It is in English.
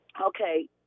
Okay